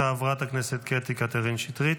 חברת הכנסת קטי קטרין שטרית.